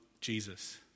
Jesus